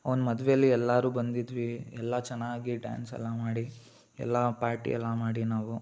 ಅವ್ನ ಮದ್ವೆಯಲ್ಲಿ ಎಲ್ಲರೂ ಬಂದಿದ್ವಿ ಎಲ್ಲ ಚೆನ್ನಾಗಿ ಡ್ಯಾನ್ಸೆಲ್ಲ ಮಾಡಿ ಎಲ್ಲ ಪಾರ್ಟಿ ಎಲ್ಲ ಮಾಡಿ ನಾವು